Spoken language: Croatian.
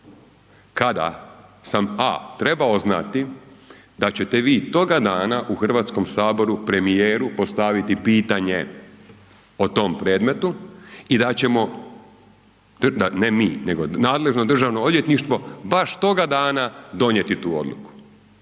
kada sam, A trebao znati da ćete vi toga dana u Hrvatskom saboru premijeru postaviti pitanje o tome predmetu i da ćemo, ne mi nego nadležno državno odvjetništvo baš toga dana donijeti tu odluku.